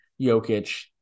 Jokic